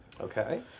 Okay